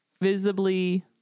visibly